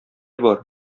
бар